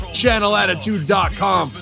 channelattitude.com